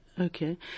Okay